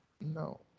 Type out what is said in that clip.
No